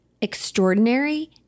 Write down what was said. extraordinary